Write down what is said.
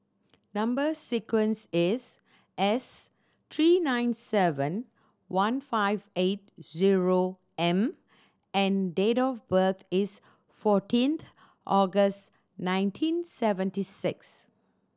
number sequence is S three nine seven one five eight zero M and date of birth is fourteenth August nineteen seventy six